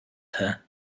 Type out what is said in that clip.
her